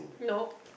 nope